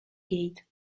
gate